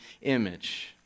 image